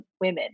women